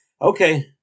Okay